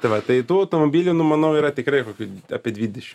tai va tai tų automobilių nu manau yra tikrai kokių apie dvidešim